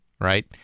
right